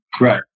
Right